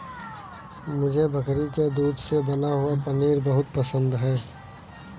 मुझे बकरी के दूध से बना हुआ पनीर बहुत पसंद है